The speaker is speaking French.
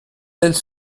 elles